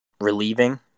relieving